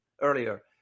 earlier